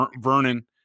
Vernon